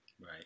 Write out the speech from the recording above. Right